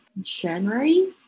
January